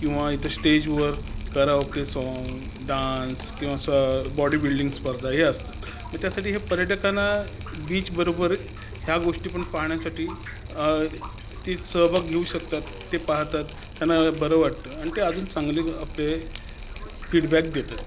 किंवा इथं स्टेजवर कराओके सॉन्ग डांस किंवा असं बॉडी बिल्डिंग स्पर्धा हे असतं मग त्यासाठी हे पर्यटकांना बीचबरोबर ह्या गोष्टी पण पाहण्यासाठी ते सहभाग घेऊ शकतात ते पाहतात त्यांना बरं वाटतं आणि ते अजून चांगले आपले फीडबॅक देतात